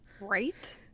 Right